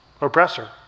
oppressor